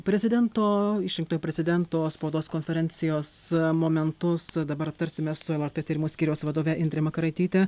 prezidento išrinktojo prezidento spaudos konferencijos momentus dabar aptarsime su lrt tyrimų skyriaus vadove indre makaraityte